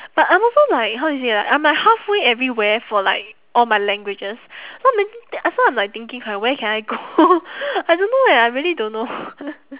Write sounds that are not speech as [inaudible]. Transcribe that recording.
but I'm also like how do you say like I'm like halfway everywhere for like all my languages so that's why I'm like thinking where can I go [laughs] I don't know eh I really don't know [laughs]